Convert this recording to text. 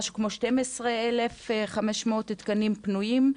משהו כמו 12,500 תקנים פנויים,